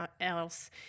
else